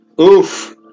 Oof